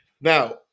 Now